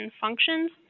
functions